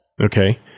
Okay